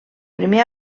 primer